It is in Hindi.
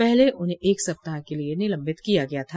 पहले उन्हें एक सप्ताह के लिए निलंबित किया गया था